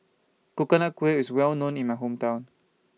Coconut Kuih IS Well known in My Hometown